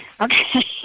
Okay